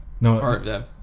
no